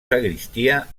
sagristia